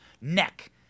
neck